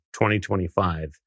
2025